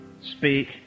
speak